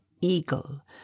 eagle